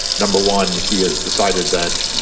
number one, he has decided that